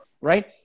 right